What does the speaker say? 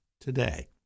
today